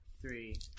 three